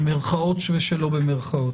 במירכאות או שלא במירכאות,